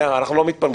שוב, בהתאמה,